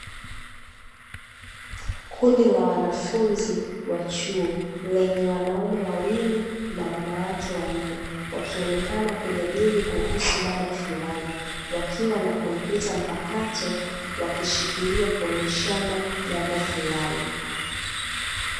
Kundi la wanafunzi wa chuo lenye wanaume wawili na wanawake wanne, wakionekana kujadili kuhusu mada fulani wakiwa na kompyuta mpakato wakishikilia kuoneshana jambo fulani.